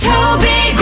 Toby